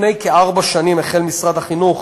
לפני כארבע שנים החל משרד החינוך